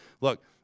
look